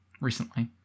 Recently